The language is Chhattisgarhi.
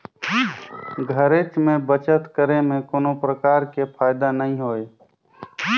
घरेच में बचत करे में कोनो परकार के फायदा नइ होय